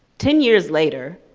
ten years later,